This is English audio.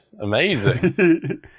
Amazing